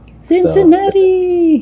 Cincinnati